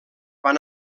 van